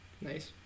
Nice